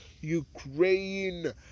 Ukraine